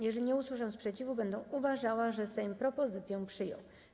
Jeżeli nie usłyszę sprzeciwu, będę uważała, że Sejm propozycję przyjął.